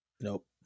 nope